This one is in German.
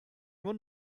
nur